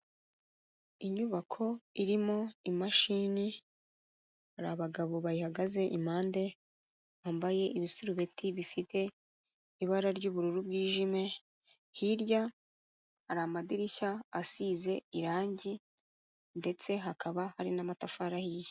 Inyubako irimo imashini, hari abagabo bayihagaze impande, bambaye ibisurubeti bifite ibara ry'ubururu bwijimye, hirya hari amadirishya asize irangi ndetse hakaba hari n'amatafari ahiye.